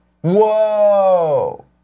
Whoa